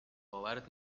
باورت